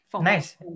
Nice